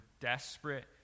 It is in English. desperate